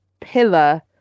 pillar